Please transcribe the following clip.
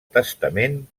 testament